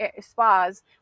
spas